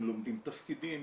הם לומדים תפקידים,